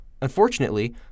Unfortunately